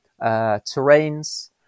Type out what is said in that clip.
terrains